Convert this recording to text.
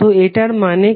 তো এটার মানে কি